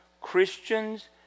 ...Christians